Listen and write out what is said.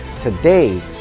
Today